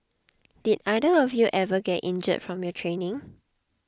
did either of you ever get injured from your training